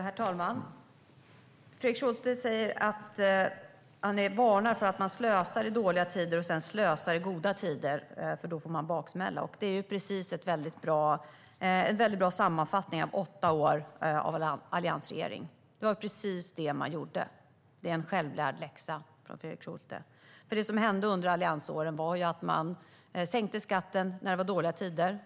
Herr talman! Fredrik Schulte varnar för att man slösar i dåliga tider och sedan slösar i goda tider, för då får man baksmälla. Det är en väldigt bra sammanfattning av åtta år med alliansregeringen. Det var precis det man gjorde. Det är en självlärd läxa från Fredrik Schulte. Det som hände under alliansåren var nämligen att man sänkte skatten när det var dåliga tider.